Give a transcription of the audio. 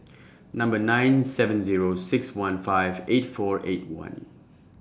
Number nine seven Zero six one five eight four eight one